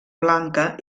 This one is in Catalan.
blanca